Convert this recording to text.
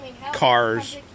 cars